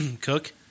cook